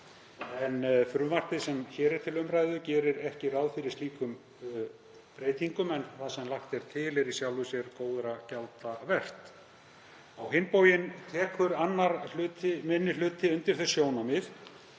Frumvarpið sem hér er til umræðu gerir ekki ráð fyrir slíkum breytingum en það sem lagt er til er í sjálfu sér góðra gjalda vert. Á hinn bóginn tekur 2. hluti minni hluti undir þau sjónarmið